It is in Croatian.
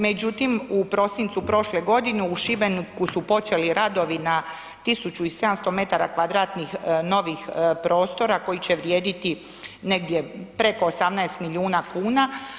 Međutim, u prosincu prošle godine u Šibeniku su počeli radovi na 1.700 m2 novih prostora koji će vrijediti negdje preko 18 milijuna kuna.